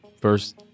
first